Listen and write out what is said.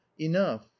enough